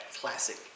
Classic